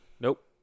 Nope